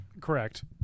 Correct